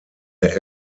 der